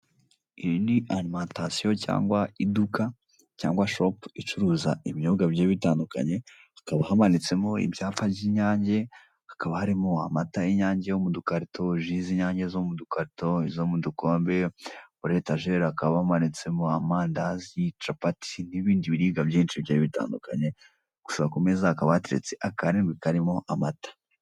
Iyi ni alimatasiyo cyangwa iduka cyangwa shopu icuruza ibinyobwa bigiye bitandukanye, hakaba hamanitsemo ibyapa by'inyange, hakaba harimo amata y'inyange yo mu dukarito, ji z'inyange zo mu dukarito, izo mu dukombe, kuri etajeri hakaba hamanitsemo amandazi, capati n'ibindi biribwa byinshi bigiye bitandukanye, gusa ku meza hakaba hateretse akarindwi karimo amata.